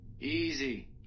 Easy